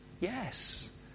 yes